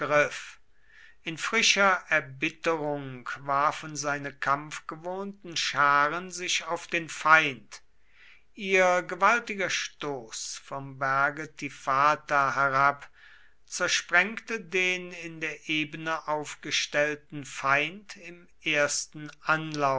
in frischer erbitterung warfen seine kampfgewohnten scharen sich auf den feind ihr gewaltiger stoß vom berge tifata herab zersprengte den in der ebene aufgestellten feind im ersten